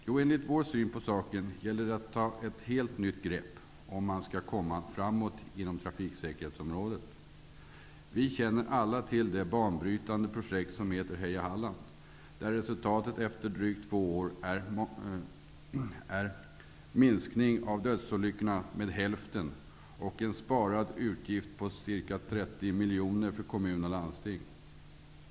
Jo, enligt vår syn på saken gäller det att ta ett helt nytt grepp, om man skall komma framåt på trafiksäkerhetsområdet. Vi känner alla till det banbrytande projektet Heja Halland. Resultatet av detta är att antalet dödsolyckor efter drygt två års arbete har halverats. Dessutom har kommunerna och landstingen minskat sina utgifter med ca 30 miljoner.